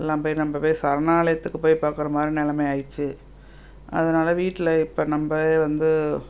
எல்லாம் போய் நம்ம போய் சரணாலயத்துக்கு போய் பார்க்குற மாதிரி நிலமையா ஆகிட்ச்சு அதனால் வீட்டில் இப்போ நம்மவே வந்து